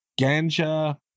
Ganja